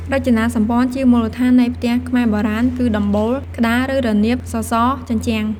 រចនាសម្ព័ន្ធជាមូលដ្ឋាននៃផ្ទះខ្មែរបុរាណ គឺដំបូល, ក្តារឬរនាប, សសរ, ជញ្ជាំង។